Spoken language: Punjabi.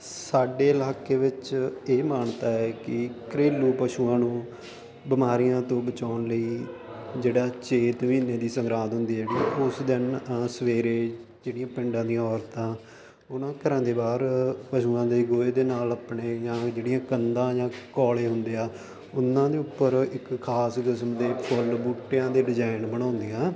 ਸਾਡੇ ਇਲਾਕੇ ਵਿੱਚ ਇਹ ਮਾਨਤਾ ਹੈ ਕਿ ਘਰੇਲੂ ਪਸ਼ੂਆਂ ਨੂੰ ਬਿਮਾਰੀਆਂ ਤੋਂ ਬਚਾਉਣ ਲਈ ਜਿਹੜਾ ਚੇਤ ਮਹੀਨੇ ਦੀ ਸੰਗਰਾਂਦ ਹੁੰਦੀ ਹੈ ਜਿਹੜੀ ਉਸ ਦਿਨ ਸਵੇਰੇ ਜਿਹੜੀ ਪਿੰਡਾਂ ਦੀਆਂ ਔਰਤਾਂ ਉਹ ਨਾ ਘਰਾਂ ਦੇ ਬਾਹਰ ਪਸ਼ੂਆਂ ਦੇ ਗੋਹੇ ਦੇ ਨਾਲ ਆਪਣੇ ਜਾਂ ਜਿਹੜੀਆਂ ਕੰਧਾਂ ਜਾਂ ਕੌਲੇ ਹੁੰਦੇ ਆ ਉਹਨਾਂ ਦੇ ਉੱਪਰ ਇੱਕ ਖ਼ਾਸ ਕਿਸਮ ਦੇ ਫੁੱਲ ਬੂਟਿਆਂ ਦੇ ਡਿਜ਼ਾਇਨ ਬਣਾਉਂਦੀਆਂ